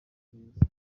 beza